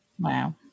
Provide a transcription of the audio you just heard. Wow